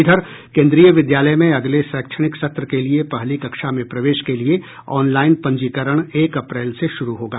इधर केन्द्रीय विद्यालय में अगले शैक्षणिक सत्र के लिए पहली कक्षा में प्रवेश के लिए ऑनलाइन पंजीकरण एक अप्रैल से शुरू होगा